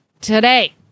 today